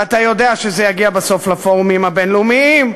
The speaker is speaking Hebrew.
ואתה יודע שזה יגיע בסוף לפורומים הבין-לאומיים.